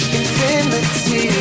infinity